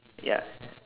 ya